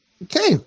Okay